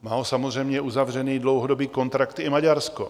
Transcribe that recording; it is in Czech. Má samozřejmě uzavřený dlouhodobý kontrakt o Maďarsko.